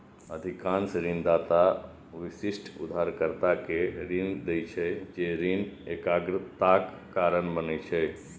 अधिकांश ऋणदाता विशिष्ट उधारकर्ता कें ऋण दै छै, जे ऋण एकाग्रताक कारण बनै छै